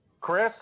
Chris